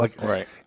Right